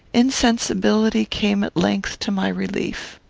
insensibility came at length to my relief.